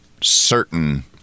certain